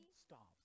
stop